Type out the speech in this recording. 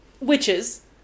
Witches